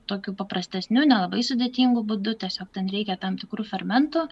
tokiu paprastesniu nelabai sudėtingu būdu tiesiog ten reikia tam tikrų fermentų